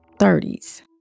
30s